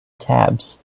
tabs